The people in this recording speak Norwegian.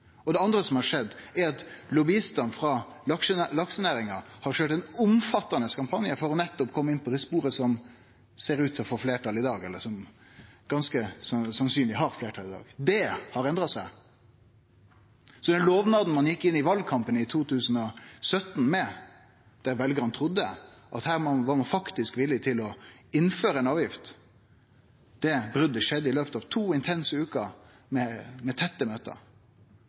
Det andre som har skjedd, er at lobbyistane frå laksenæringa har kjørt ein omfattande kampanje for nettopp å kome inn på det sporet som ganske sannsynleg har fleirtal i dag. Det har endra seg. Når det gjeld lovnaden ein gjekk inn i valkampen i 2017 med, der veljarane trudde at ein faktisk var villig til å innføre ei avgift, skjedde det eit brot i løpet av to intense veker med tette møte.